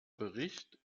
bericht